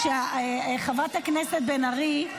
חברת הכנסת בן ארי,